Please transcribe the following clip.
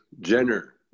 Jenner